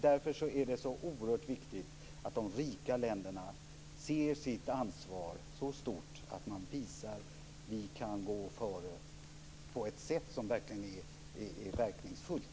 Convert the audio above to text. Därför är det så oerhört viktigt att de rika länderna ser sitt ansvar som så stort att de visar att de kan gå före på ett sätt som är verkningsfullt.